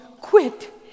quit